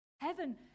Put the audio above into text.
Heaven